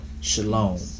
Shalom